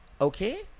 Okay